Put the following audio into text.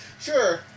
Sure